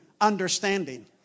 understanding